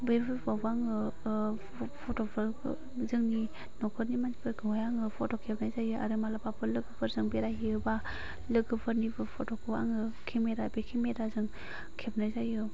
बे फोरबोआवबो आङो ओह फट'फोरखौ जोंनि न'खरनि मानसिफोरखौहाय आङो फट' खेबनाय जायो आरो मालाबाफोर लोगोफोरजों बेरायहैयोबा लोगोफोरनिबो फट' खौ आङो बे केमेरा जों खेबनाय जायो